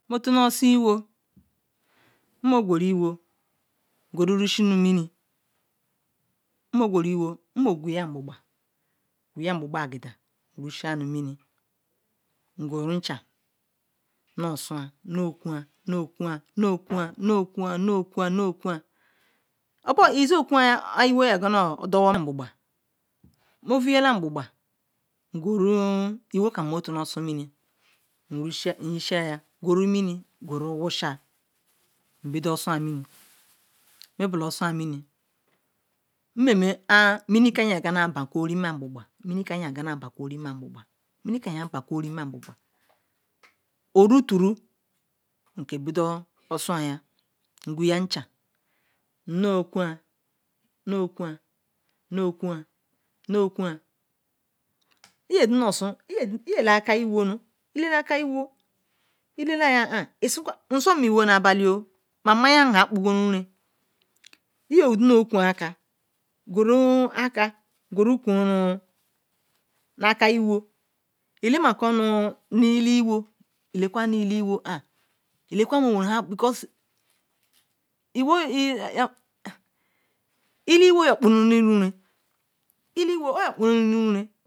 motuni sun lwoi mmo guru lwol lshi nu mini mmoguri lwol mmo gweya mgbokba mgbokba agida yishal nu mini am gurum chan nokwun nokwun lzo kwun an lwol yo dowama am bobal ono voyala amgbobal nguru lwogam moturu osun mini nyishou nu mini nbedol sun mini nuien mel a mini kam ya ban kwo nu rimen amgbobal nu rimi amgboba oro turu nnukwun nukwun nukwun iya zinu osun iyala aker lwol lyala ma mahen nsun hun nu agbali oh ma mahiam kpel kpuguroni lye zinu okwun aker yiyo guru aker kwun aker lwol ilema kol iliwo because lilwo yo kporuna